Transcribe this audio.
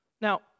Now